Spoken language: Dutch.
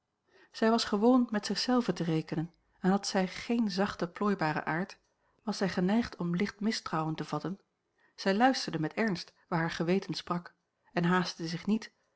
zij was gewoon met zich zelve te rekenen en had zij geen zachten plooibaren aard was zij geneigd om licht mistrouwen te vatten zij luisterde met ernst waar haar geweten sprak en haastte zich niet